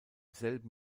selben